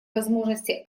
возможности